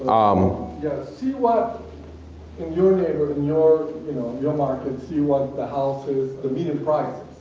um yeah see what in your neighborhood, in your your market, see what the houses, immediate prices.